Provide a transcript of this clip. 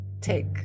take